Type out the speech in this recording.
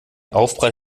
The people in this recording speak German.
aufprall